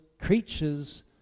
creatures